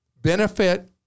benefit